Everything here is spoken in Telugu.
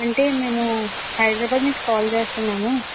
అంటే మేము హైదరాబాదు నుంచి కాల్ చేస్తున్నాము